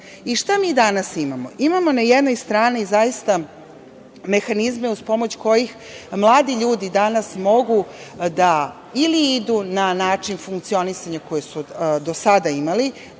mi danas imamo? Imamo na jednoj strani zaista mehanizme uz pomoć kojih mladi ljudi danas mogu da ili idu na način funkcionisanja koji su do sada imali,